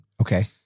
Okay